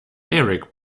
eric